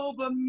over